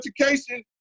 education